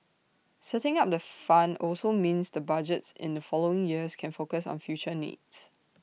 setting up the fund also means the budgets in the following years can focus on future needs